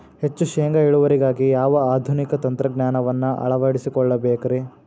ಹೆಚ್ಚು ಶೇಂಗಾ ಇಳುವರಿಗಾಗಿ ಯಾವ ಆಧುನಿಕ ತಂತ್ರಜ್ಞಾನವನ್ನ ಅಳವಡಿಸಿಕೊಳ್ಳಬೇಕರೇ?